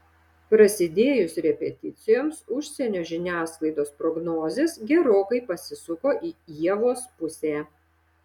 prasidėjus repeticijoms užsienio žiniasklaidos prognozės gerokai pasisuko į ievos pusę